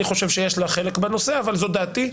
אני חושב שיש לה חלק בנושא אבל זו דעתי,